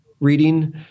reading